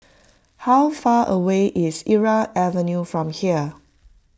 how far away is Irau Avenue from here